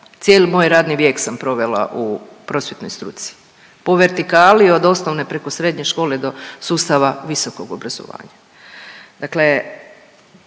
cijeli moj radni vijek sam provela u prosvjetnoj struci, po vertikali od osnove preko srednje škole do sustava visokog obrazovanja.